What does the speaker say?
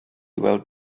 weld